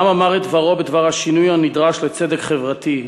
העם אמר את דברו בדבר השינוי הנדרש לצדק חברתי,